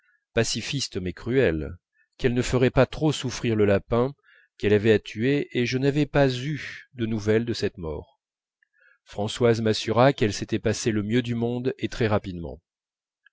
pacifiste mais cruelle qu'elle ne ferait pas trop souffrir le lapin qu'elle avait à tuer et je n'avais pas eu de nouvelles de cette mort françoise m'assura qu'elle s'était passée le mieux du monde et très rapidement